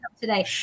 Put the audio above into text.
today